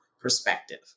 perspective